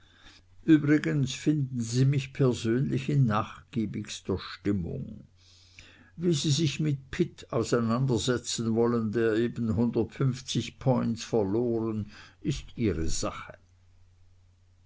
übrigens finden sie mich persönlich in nachgiebigster stimmung wie sie sich mit pitt auseinandersetzen wollen der eben points verloren ist ihre sache